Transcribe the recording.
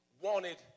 wanted